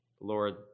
Lord